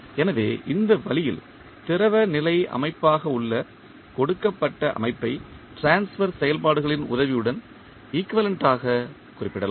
எனவே இந்த வழியில் திரவ நிலை அமைப்பாக உள்ள கொடுக்கப்பட்ட அமைப்பை டிரான்ஸ்பர் செயல்பாடுகளின் உதவியுடன் ஈக்குவேலண்ட் ஆக குறிப்பிடலாம்